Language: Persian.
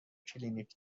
کلینیک